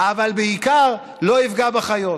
אבל בעיקר לא יפגע בחיות.